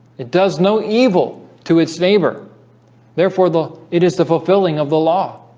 it does no evil to its neighbor therefore the it is the fulfilling of the law